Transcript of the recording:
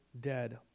dead